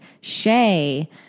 Shay